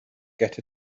get